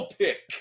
pick